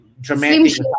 dramatic